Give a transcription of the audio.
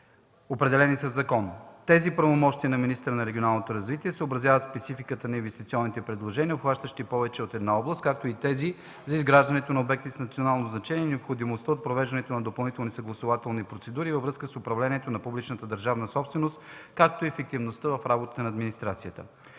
Тези правомощия на министъра на регионалното развитие съобразяват спецификата на инвестиционните предложения, обхващащи повече от една област, както и тези за изграждането на обекти с национално значение, необходимостта от провеждане на допълнителни съгласувателни процедури във връзка с управлението на публичната държавна собственост, както и ефективността в работата на администрацията.